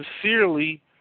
sincerely